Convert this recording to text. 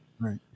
Right